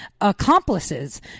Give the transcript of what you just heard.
accomplices